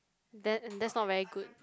then uh that's not very good